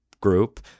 group